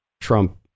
Trump